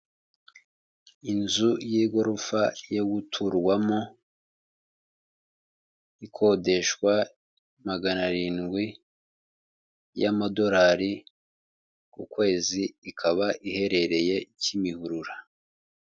Inzu y'igorofa yo guturwamo ikodeshwa magana arindwi y'amadorari ku kwezi ikaba iherereye kimihurura.